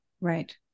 Right